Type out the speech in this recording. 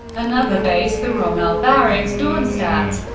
another base, the rommel barracks, dornstadt,